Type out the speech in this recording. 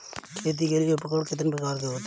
खेती के लिए उपकरण कितने प्रकार के होते हैं?